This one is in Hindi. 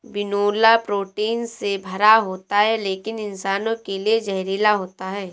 बिनौला प्रोटीन से भरा होता है लेकिन इंसानों के लिए जहरीला होता है